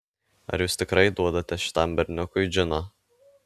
ar jūs tikrai duodate šitam berniukui džino